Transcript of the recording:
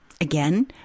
Again